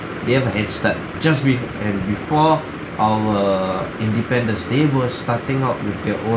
they have a head start just with and before our independence day were starting out with their own